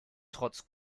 trotz